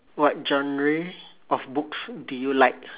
what genre of books do you like